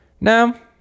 Now